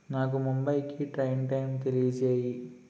నాకు ముంబైకి train time తెలియజేయి